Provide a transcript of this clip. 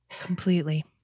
Completely